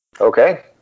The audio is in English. Okay